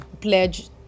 pledge